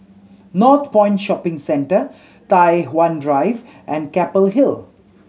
Northpoint Shopping Centre Tai Hwan Drive and Keppel Hill